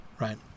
right